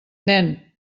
nen